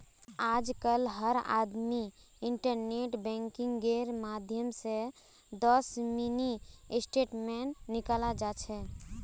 आजकल हर आदमी इन्टरनेट बैंकिंगेर माध्यम स दस मिनी स्टेटमेंट निकाल जा छ